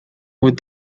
with